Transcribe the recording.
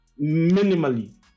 minimally